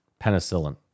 penicillin